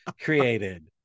created